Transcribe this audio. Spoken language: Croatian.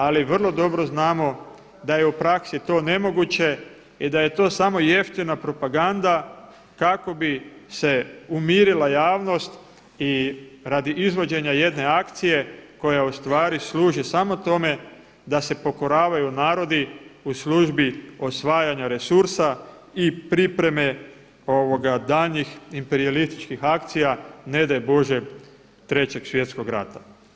Ali vrlo dobro znamo da je u praksi to nemoguće i da je to samo jeftina propaganda kako bi se umirila javnost i radi izvođenja jedne akcije koja u stvari služi samo tome da se pokoravaju narodi u službi osvajanja resursa i pripreme daljnjih imperijalističkih akcija ne daj Bože trećeg svjetskog rata.